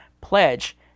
pledge